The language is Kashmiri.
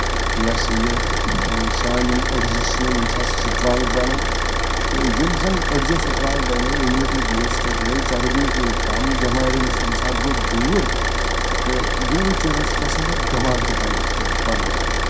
یہِ ہَسا یہِ سانہِ یِم أڈجہِ چھِ یِم چھِ ہَسا چھِ سٹرانٛگ بَنان تہٕ ییٚلہِ زَن أڈجہِ سٹرانٛگ بَنے أمنِٹی بوٗسٹ گٔے چربی گٔے کَم بؠماریو نِش اِنسان رُت دوٗر تہٕ یِموٕے چیٖزو سۭتۍ ہَسا دؠماغ تہِ تَندرُست بَنان